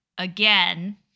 Again